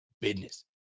business